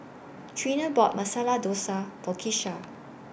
Treena bought Masala Dosa For Kisha